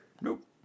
Nope